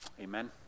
Amen